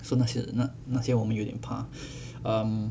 so 那些那那些我们有点 um